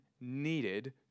needed